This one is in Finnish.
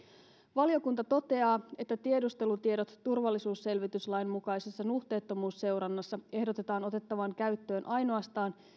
valiokunta toteaa että tiedustelutiedot turvallisuusselvityslain mukaisessa nuhteettomuusseurannassa ehdotetaan otettavan käyttöön ainoastaan